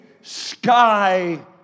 sky